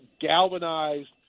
galvanized